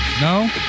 No